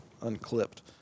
unclipped